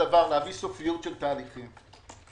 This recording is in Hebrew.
להביא סופיות של תהליכים,